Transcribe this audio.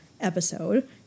episode